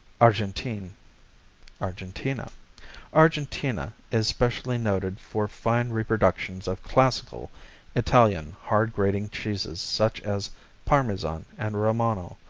argentine argentina argentina is specially noted for fine reproductions of classical italian hard-grating cheeses such as parmesan and romano,